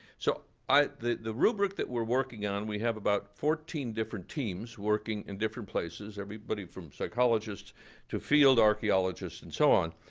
so the the rubric that we're working on, we have about fourteen different teams working in different places, everybody from psychologists to field archaeologists and so on,